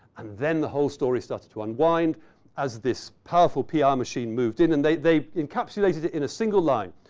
and then the whole story started to unwind as this powerful pr ah machine moved in. and then they encapsulated it in a single line,